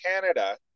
Canada